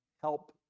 help